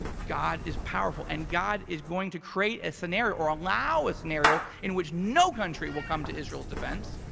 ah god is powerful, and god is going to create a scenario or allow a scenario in which no country will come to israel's defense.